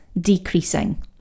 decreasing